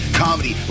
comedy